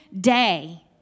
day